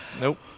Nope